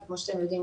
כי כמו שאתם יודעים,